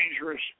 dangerous